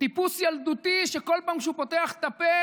טיפוס ילדותי שבכל פעם שהוא פותח את הפה